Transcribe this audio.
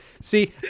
See